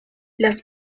las